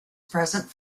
present